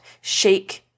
shake